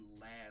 last